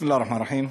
א-רחמאן א-רחים.